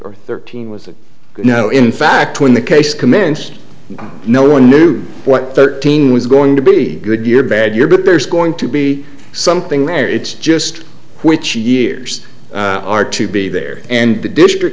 or thirteen with no in fact when the case commenced no one knew what thirteen was going to be good year bad year but there's going to be something there it's just which years are to be there and the district